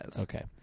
Okay